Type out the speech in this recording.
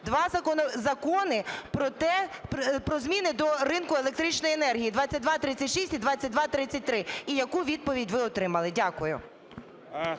два закони про те… про зміни до ринку електричної енергії (2236 і 2233)? І яку відповідь ви отримали? Дякую.